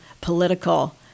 political